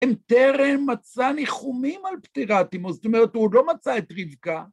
טרם מצא ניחומים על פטירת אימו, זאת אומרת, הוא עוד לא מצא את רבקה.